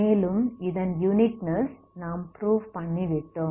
மேலும் இதன் யுனிக்னெஸ் நாம் ப்ரூவ் பண்ணிவிட்டோம்